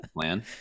plan